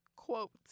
Quotes